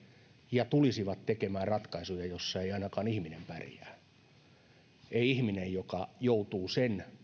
ja tulisivat tekemään ratkaisuja joissa ei ainakaan ihminen pärjää ei ihminen joka joutuu sen